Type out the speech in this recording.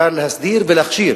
אפשר להסדיר ולהכשיר